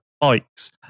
bikes